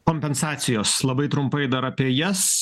kompensacijos labai trumpai dar apie jas